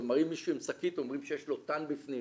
מראים מישהו עם שקית, אומרים שיש לו תן בפנים.